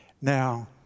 Now